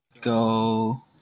go